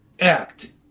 act